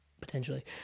potentially